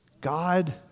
God